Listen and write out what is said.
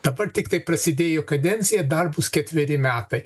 dabar tiktai prasidėjo kadencija dar bus ketveri metai